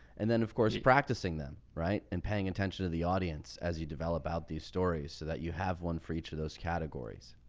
and then of course, practicing them. right? and paying attention to the audience as you develop out these stories so that you have one for each of those categories.